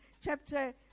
chapter